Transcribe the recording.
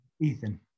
Ethan